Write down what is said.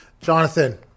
Jonathan